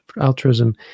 altruism